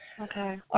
Okay